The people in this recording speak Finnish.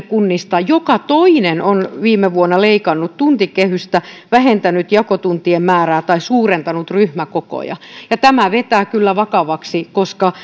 kunnista joka toinen on viime vuonna leikannut tuntikehystä vähentänyt jakotuntien määrää tai suurentanut ryhmäkokoja tämä vetää kyllä vakavaksi koska